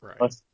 Right